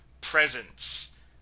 presence